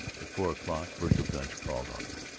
at four o'clock vergil gunch called on him.